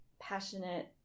passionate